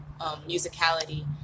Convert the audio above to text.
musicality